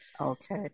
Okay